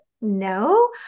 no